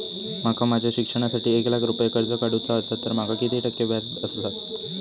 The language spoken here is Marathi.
माका माझ्या शिक्षणासाठी एक लाख रुपये कर्ज काढू चा असा तर माका किती टक्के व्याज बसात?